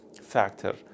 factor